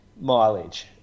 mileage